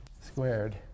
squared